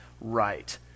right